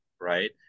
right